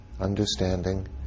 understanding